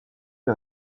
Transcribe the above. lui